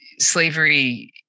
slavery